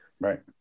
right